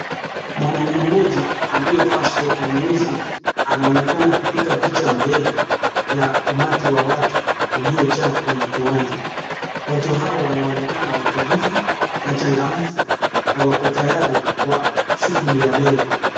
Mwanaume Moja aliyovaa sweta nyeusi anaonekana kupika picha mbele ya umati wa watu uliojaa kwenye kiwanja, watu Hawa wanaonekana watulivu na changamvu na wako tayari kwa shughuli ya leo.